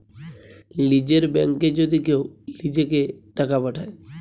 লীযের ব্যাংকে যদি কেউ লিজেঁকে টাকা পাঠায়